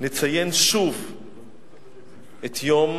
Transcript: נציין שוב את יום